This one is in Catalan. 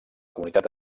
comunitat